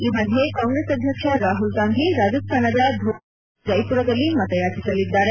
ಈ ಮಧ್ಯೆ ಕಾಂಗ್ರೆಸ್ ಅಧ್ಯಕ್ಷ ರಾಹುಲ್ ಗಾಂಧಿ ರಾಜಿಸ್ಲಾನದ ಧೋಲ್ಪುರ್ ಚುರು ಮತ್ತು ಜೈಪುರದಲ್ಲಿ ಮತಯಾಚಿಸಲಿದ್ದಾರೆ